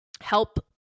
help